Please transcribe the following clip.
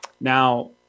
Now